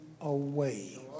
away